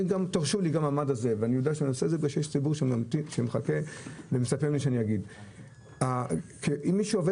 תרשו לי לומר במעמד הזה: אם מישהו הוא עובד